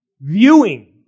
viewing